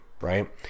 right